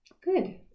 Good